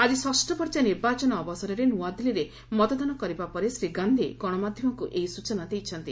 ଆଜି ଷଷ୍ଠ ପର୍ଯ୍ୟାୟ ନିର୍ବାଚନ ଅବସରରେ ନ୍ନଆଦିଲ୍ଲୀରେ ମତଦାନ କରିବା ପରେ ଶ୍ରୀ ଗାନ୍ଧି ଗଣମାଧ୍ୟମକୁ ଏହି ସ୍ବଚନା ଦେଇଛନ୍ତି